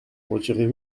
retirez